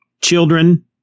children